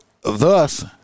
thus